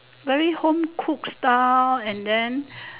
very home-cooked style and then